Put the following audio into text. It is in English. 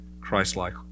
Christ-like